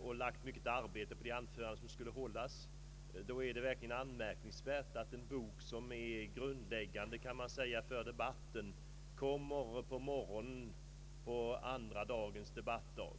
och lagt ned mycket arbete på de anföranden som skulle hållas. Under sådana förhållanden är det mycket anmärkningsvärt att en bok med siffermaterial som kan sägas vara av grundläggande betydelse för debatten kommer ut på förmiddagen under den andra debattdagen.